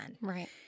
Right